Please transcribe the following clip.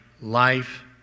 Life